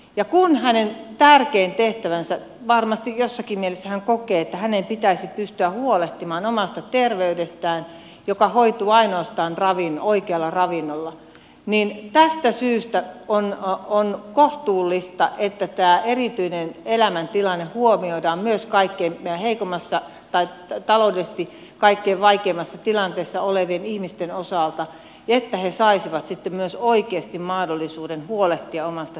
kun hän tärkeimmäksi tehtäväkseen varmasti jossakin mielessä kokee että hänen pitäisi pystyä huolehtimaan omasta ter veydestään joka hoituu ainoastaan oikealla ravinnolla niin tästä syystä on kohtuullista että tämä erityinen elämäntilanne huomioidaan myös taloudellisesti kaikkein vaikeimmassa tilanteessa olevien ihmisten osalta että he saisivat sitten myös oikeasti mahdollisuuden huolehtia omasta terveydestään